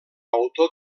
autor